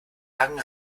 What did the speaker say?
langen